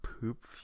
poop